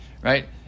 right